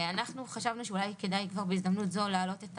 אנחנו חשבנו שאולי כדאי כבר בהזדמנות זו להעלות את